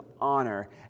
honor